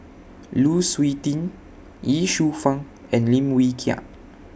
Lu Suitin Ye Shufang and Lim Wee Kiak